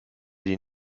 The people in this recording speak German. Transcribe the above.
die